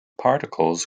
particles